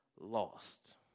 lost